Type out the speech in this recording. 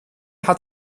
hat